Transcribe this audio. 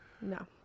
No